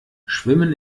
schwimmen